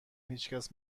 هیچکس